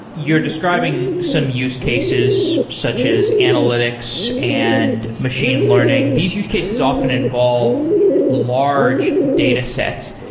you're describing some use cases such as analytics and machine learning. these use cases often involve large datasets.